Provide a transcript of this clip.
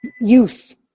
youth